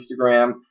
Instagram